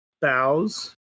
bows